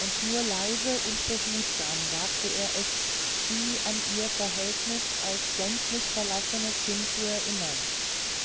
und nur leise und behutsam wagte er es sie an ihr verhältnis als gänzlich verlassenes kind zu erinnern